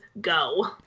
go